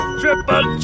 triple